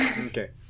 Okay